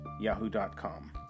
yahoo.com